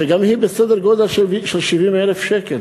שגם היא בסדר-גודל של 70,000 שקל,